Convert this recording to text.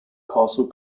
castle